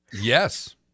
Yes